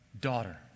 daughter